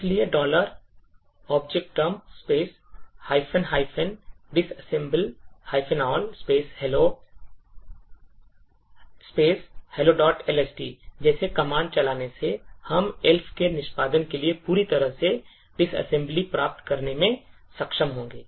इसलिए objdump disassemble all hello hellolst जैसी command चलाने से हम Elf के निष्पादन के लिए पूरी तरह से disassembly प्राप्त करने में सक्षम होंगे